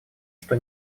что